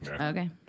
Okay